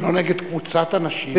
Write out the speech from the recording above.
ולא נגד קבוצת אנשים.